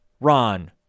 Ron